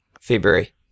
February